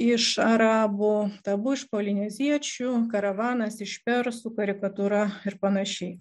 iš arabų tabu iš polineziečių karavanas iš persų karikatūra ir panašiai